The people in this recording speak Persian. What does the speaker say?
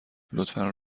لطفا